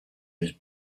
his